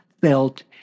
felt